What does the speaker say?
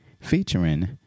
Featuring